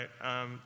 right